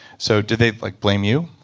so did they like blame you?